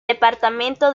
departamento